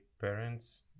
parents